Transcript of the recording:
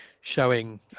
showing